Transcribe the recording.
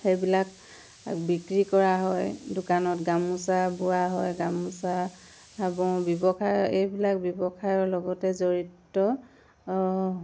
সেইবিলাক বিক্ৰী কৰা হয় দোকানত গামোচা বোৱা হয় গামোচা বওঁ ব্যৱসায় এইবিলাক ব্যৱসায়ৰ লগতে জড়িত